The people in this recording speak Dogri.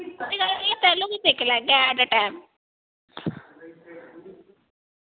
कोई गल्ल निं तैलूं बी दिक्खी लैगा ऐट ए टाईम